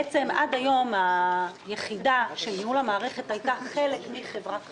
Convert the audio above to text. בעצם עד היום היחידה של ניהול המערכת הייתה חלק מחברת חשמל,